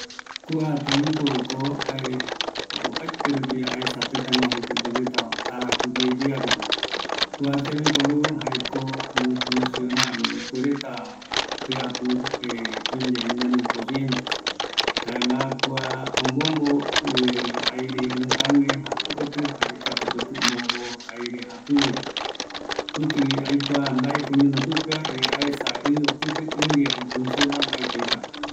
﻿Kua tembiporuko jae opaete aesa tétaguajupe oiporu retava, arakuyeye arupi, kua tembiporujaeko omofunciona, ani ipuereta jiapu oime yave ñanoi korrientes, jaema kua ombombo aire ïroïjague japipekoti jaema ikatu koti omombo aire jakugue, kutigui aikua mbaeko oñono pipeva, erei aesa i otiki i ndiera omo funciona mbae ndiera